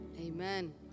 Amen